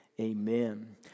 Amen